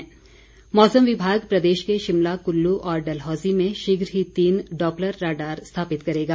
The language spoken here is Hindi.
मौसम कार्यशाला मौसम विभाग प्रदेश के शिमला कुल्लू और डलहौजी में शीघ्र ही तीन डॉप्लर राडॉर स्थापित करेगा